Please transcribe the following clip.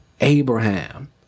Abraham